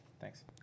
Thanks